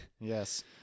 Yes